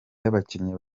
y’abakinnyi